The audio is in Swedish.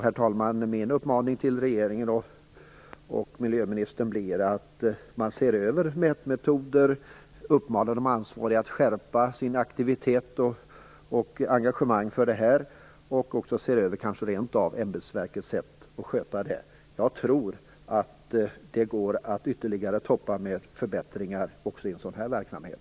Herr talman! Min uppmaning till regeringen och miljöministern blir att man ser över mätmetoder, uppmanar de ansvariga att skärpa sin aktivitet och sitt engagemang och kanske rent av ser över ämbetsverkets sätt att sköta det här. Jag tror att det går att komma med ytterligare förbättringar också i en sådan här verksamhet.